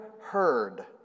heard